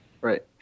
right